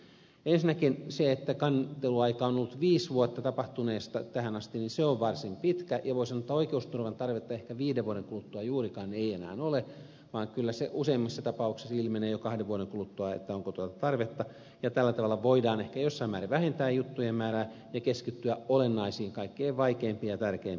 ensinnäkin kanteluaika joka on ollut viisi vuotta tapahtuneesta tähän asti on varsin pitkä ja voi sanoa että oikeusturvan tarvetta ehkä viiden vuoden kuluttua juurikaan ei enää ole vaan kyllä useimmissa tapauksissa ilmenee jo kahden vuoden kuluttua onko tuota tarvetta ja tällä tavalla voidaan ehkä jossain määrin vähentää juttujen määrää ja keskittyä olennaisiin kaikkein vaikeimpiin ja tärkeimpiin kysymyksiin